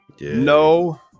No